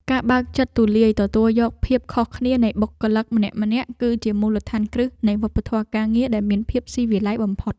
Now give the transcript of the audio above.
ការបើកចិត្តទូលាយទទួលយកភាពខុសគ្នានៃបុគ្គលិកម្នាក់ៗ គឺជាមូលដ្ឋានគ្រឹះនៃវប្បធម៌ការងារដែលមានភាពស៊ីវិល័យបំផុត។